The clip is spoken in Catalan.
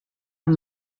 amb